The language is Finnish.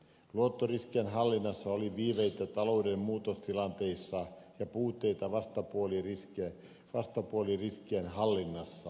luottoriskien hallinnassa oli viiveitä talouden muutostilanteissa ja puutteita vastapuoliriskien hallinnassa